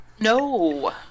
No